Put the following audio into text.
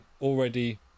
already